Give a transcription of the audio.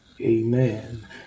Amen